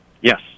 Yes